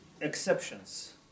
exceptions